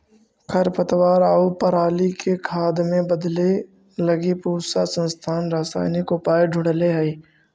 खरपतवार आउ पराली के खाद में बदले लगी पूसा संस्थान रसायनिक उपाय ढूँढ़ले हइ